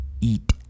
eat